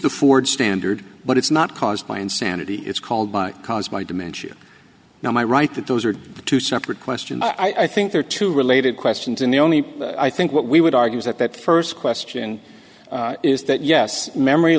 the ford standard but it's not caused by insanity it's called by caused by dementia now my right that those are two separate questions i think there are two related questions and the only i think what we would argue is that that first question is that yes memory